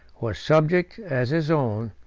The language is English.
was subject, as his own,